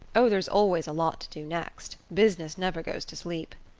oh, there's always a lot to do next. business never goes to sleep.